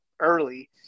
early